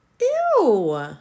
Ew